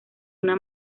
una